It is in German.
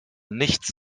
nichts